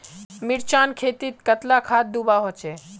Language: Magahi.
मिर्चान खेतीत कतला खाद दूबा होचे?